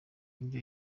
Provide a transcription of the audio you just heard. ivyo